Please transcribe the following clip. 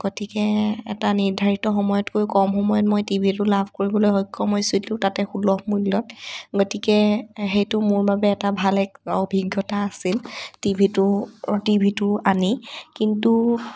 গতিকে এটা নিৰ্ধাৰিত সময়তকৈ কম সময়ত মই টিভিটো লাভ কৰিবলৈ সক্ষম হৈছিলোঁ তাতে সুলভ মূল্য়ত গতিকে সেইটো মোৰ বাবে এটা ভাল এক অভিজ্ঞতা আছিল টিভিটো টিভিটো আনি কিন্তু